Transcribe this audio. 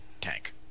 tank